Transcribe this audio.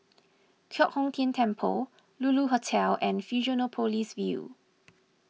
Giok Hong Tian Temple Lulu Hotel and Fusionopolis View